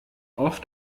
oft